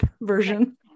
version